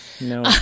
No